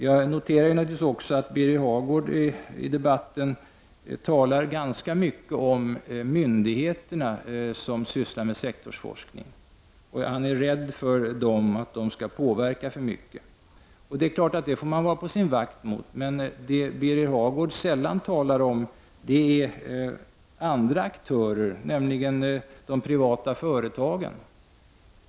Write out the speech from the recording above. Naturligtvis kan jag inte undgå att notera att Birger Hagård i debatten ganska mycket talar om de myndigheter som sysslar med sektorsforskning. Han är rädd för att dessa skall påverka för mycket. Det är klart att man får vara på sin vakt i det avseendet. Men något som Birger Hagård sällan talar om är de andra aktörerna — nämligen de privata företagen.